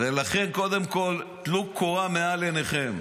ולכן קודם כול טלו קורה מבין עיניכם.